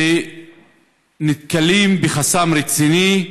ונתקלים בחסם רציני,